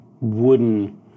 wooden